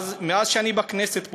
מאז שאני בכנסת,